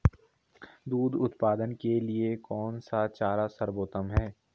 दूध उत्पादन के लिए कौन सा चारा सर्वोत्तम है?